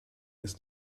ist